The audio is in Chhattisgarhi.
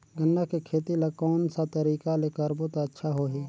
गन्ना के खेती ला कोन सा तरीका ले करबो त अच्छा होही?